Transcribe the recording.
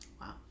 Wow